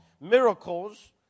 Miracles